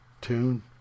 tune